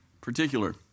particular